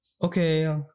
okay